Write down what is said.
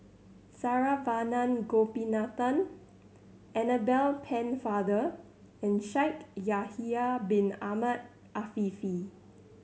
Saravanan Gopinathan Annabel Pennefather and Shaikh Yahya Bin Ahmed Afifi